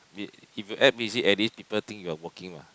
if if you act busy at least people think you are working what